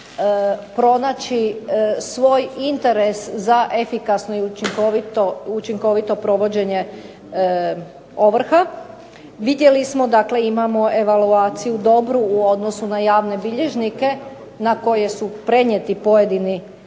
pronaći svoj interes za efikasno i učinkovito provođenje ovrha, vidjeli smo, dakle imamo evaloaciju dobru u odnosu na javne bilježnike na koje su prenijeti pojedini